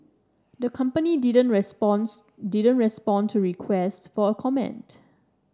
the company didn't responds didn't respond to requests for comment